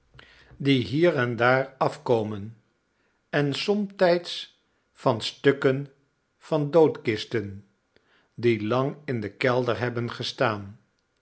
die hier en daar afkomen en somtijds van stukken van doodkisten die lang in den kelder hebben gestaan